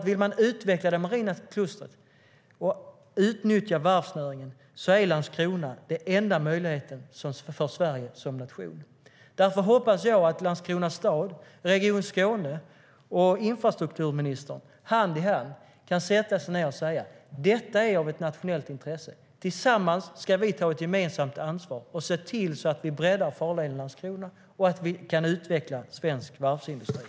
Vill man utveckla det marina klustret och utnyttja varvsnäringen är Landskrona den enda möjligheten för Sverige som nation.